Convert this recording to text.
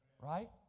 right